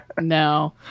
No